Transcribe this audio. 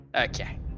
okay